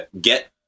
get